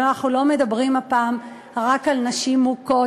אבל אנחנו לא מדברים הפעם רק על נשים מוכות,